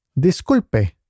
Disculpe